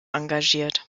engagiert